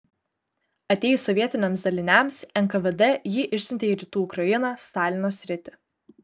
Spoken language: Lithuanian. atėjus sovietiniams daliniams nkvd jį išsiuntė į rytų ukrainą stalino sritį